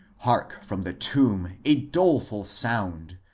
hark from the tomb a doleful sound!